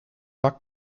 war